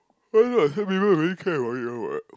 then after that I heard people really care about you [one] [what]